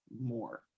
more